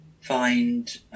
find